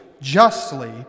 justly